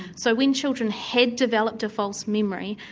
so when children had developed a false memory,